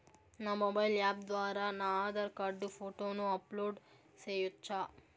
నా mobile app ద్వారా నా ఆధార్ కార్డు ఫోటోను అప్లోడ్ సేయొచ్చా?